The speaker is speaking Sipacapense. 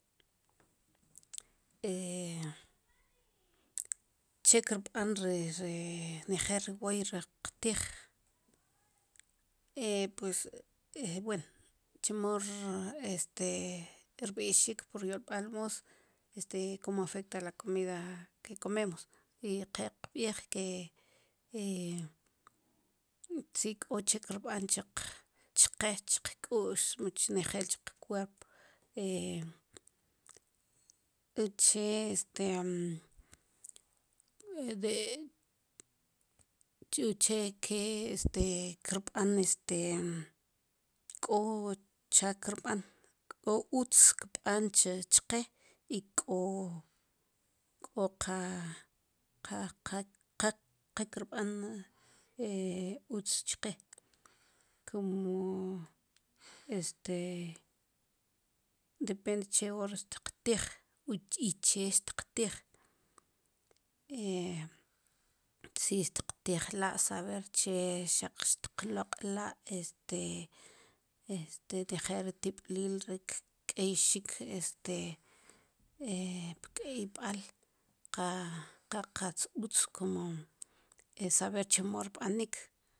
che kirb'an ri ri nejel ri woy riq tij chemo este rb'ixik pryolb'aal moos este ¿cómo reta la comida que comemos? I qe qb'iij ke e si k'o che kirb'an cheq chqe chk'ux mu che nejel qcuerp uche este uche ke este kirb'an este k'o chaak kirb'an k'o utz kb'an che chqe i k'o qa kirb'an utz chqe kumo este depend che or tiqtij i che tiqtij si tiqtijla' saber che xaq xtqloq'la' este este nejel ri tib'lil ri kk'eyxik este pk'eyb'al qa qa qatz utz jun e saber chemo rb'anik